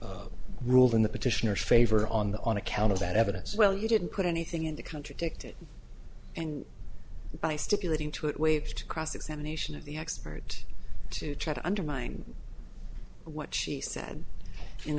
to rule in the petitioners favor on the on account of that evidence well you didn't put anything in to contradict it and by stipulating to it waived cross examination of the expert to try to undermine what she said